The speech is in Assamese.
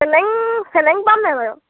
চেলেং চেলেং পাম নাই বাৰু